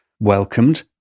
welcomed